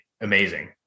amazing